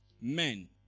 Men